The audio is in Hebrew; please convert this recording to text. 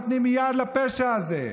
נותנים יד לפשע הזה,